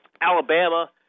Alabama